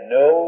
no